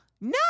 No